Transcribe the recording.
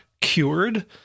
cured